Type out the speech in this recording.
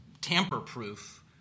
tamper-proof